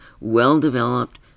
well-developed